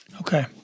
Okay